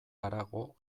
harago